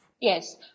Yes